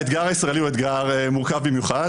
האתגר הישראלי הוא אתגר מורכב במיוחד